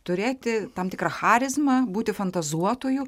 turėti tam tikra charizmą būti fantazuotoju